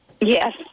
Yes